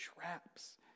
traps